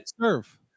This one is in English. serve